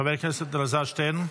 חבר הכנסת אלעזר שטרן,